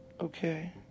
okay